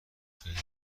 خیلی